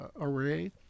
array